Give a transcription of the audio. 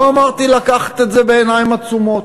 לא אמרתי לקחת את זה בעיניים עצומות.